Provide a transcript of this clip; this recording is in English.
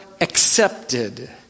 accepted